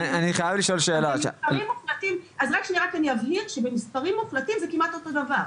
אני רק אבהיר שבמספרים מוחלטים זה כמעט אותו דבר,